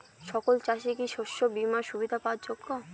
সকল চাষি কি শস্য বিমার সুবিধা পাওয়ার যোগ্য?